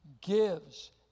gives